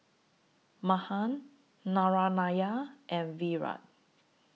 Mahan Narayana and Virat